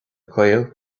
caol